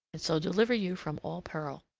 and so deliver you from all peril.